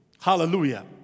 Hallelujah